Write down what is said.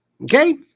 okay